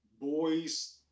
boys